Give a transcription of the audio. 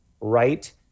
right